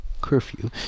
curfew